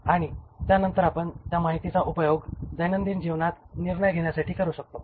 आणि त्या नंतर आपण त्या माहितीचा उपयोग दैनंदिन जीवनात निर्णय घेण्यासाठी करू शकतो